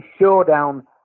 showdown